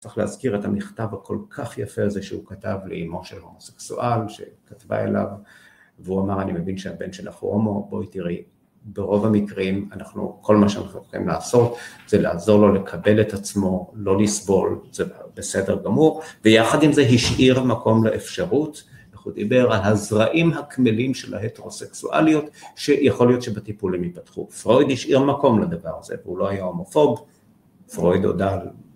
צריך להזכיר את המכתב הכל כך יפה הזה שהוא כתב לאמו של הומוסקסואל שכתבה אליו והוא אמר אני מבין שהבן שלך הוא הומו, בואי תראי ברוב המקרים אנחנו, כל מה שאנחנו הולכים לעשות זה לעזור לו לקבל את עצמו, לא לסבול, זה בסדר גמור ויחד עם זה השאיר מקום לאפשרות איך הוא דיבר, הזרעים הכמלים של ההטרוסקסואליות שיכול להיות שבטיפול הם יפתחו. פרויד השאיר מקום לדבר הזה והוא לא היה הומופוב פרויד...